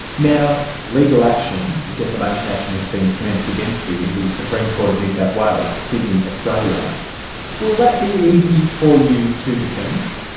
now legal action, defamation action, has been commenced against you in the supreme court of new south wales, sydney, australia will that be easy for you to defend?